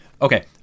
Okay